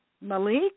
Malik